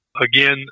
Again